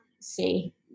see